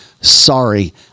sorry